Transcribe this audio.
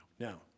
Now